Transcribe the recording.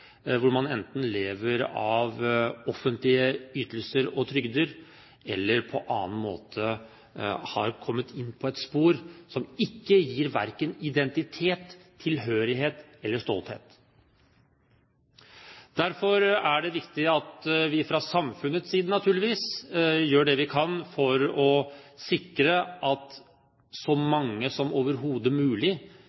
hvor man enten lever av offentlige ytelser og trygder, eller på annen måte har kommet inn på et spor som verken gir identitet, tilhørighet eller stolthet. Derfor er det naturligvis viktig at vi fra samfunnets side gjør det vi kan for å sikre at så